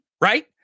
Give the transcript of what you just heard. right